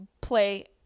play